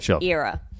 era